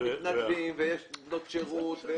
יש מתנדבים ויש בנות שירות.